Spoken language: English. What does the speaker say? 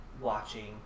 watching